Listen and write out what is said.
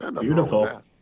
Beautiful